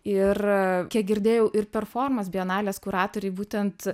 ir kiek girdėjau ir performas bienalės kuratoriai būtent